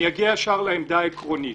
אני אגיע ישר לעמדה העקרונית.